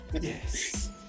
yes